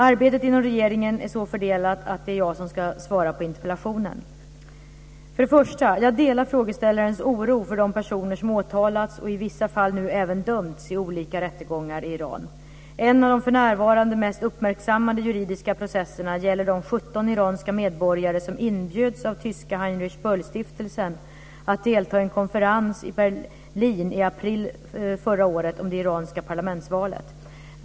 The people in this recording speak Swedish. Arbetet inom regeringen är så fördelat att det är jag som ska svara på interpellationen. Först och främst: Jag delar frågeställarens oro för de personer som åtalats och i vissa fall nu även dömts i olika rättegångar i Iran. En av de för närvarande mest uppmärksammade juridiska processerna gäller de 17 iranska medborgare som inbjöds av tyska Heinrich Böll-stiftelsen att delta i en konferens i Berlin i april förra året om det iranska parlamentsvalet.